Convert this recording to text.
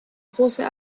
großer